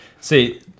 see